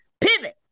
pivot